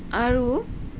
আৰু